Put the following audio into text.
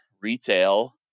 retail